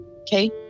Okay